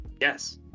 Yes